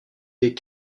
des